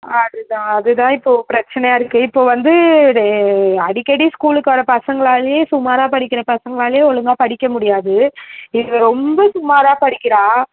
அது தான் அது தான் இப்போது பிரச்சினையா இருக்குது இப்போது வந்து இது அடிக்கடி ஸ்கூலுக்கு வர்ற பசங்களாலே சுமாராக படிக்கிற பசங்களாலே ஒழுங்கா படிக்க முடியாது இவள் ரொம்ப சுமாராக படிக்குறாள்